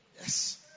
Yes